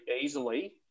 easily